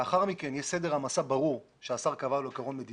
לאחר מכן יש סדר העמסה ברור שהשר קבע כמדיניות